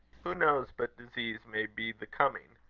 who knows but disease may be the coming,